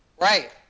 Right